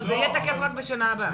אבל זה יהיה תקף רק בשנה הבאה.